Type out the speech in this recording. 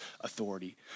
authority